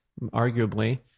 arguably